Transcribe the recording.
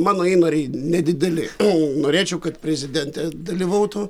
mano įnoriai nedideli norėčiau kad prezidentė dalyvautų